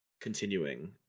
continuing